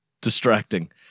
distracting